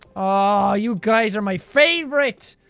ah you guys are my favorite.